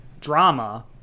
drama